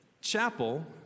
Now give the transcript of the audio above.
chapel